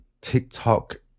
TikTok